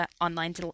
online